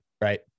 right